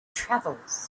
travels